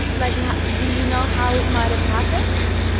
like do you know how it might have happened?